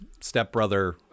stepbrother